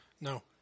no